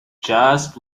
just